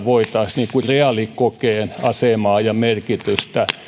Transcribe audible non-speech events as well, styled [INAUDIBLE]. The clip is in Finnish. [UNINTELLIGIBLE] voitaisiin reaalikokeen asemaa ja merkitystä